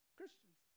Christians